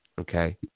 Okay